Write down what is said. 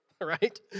right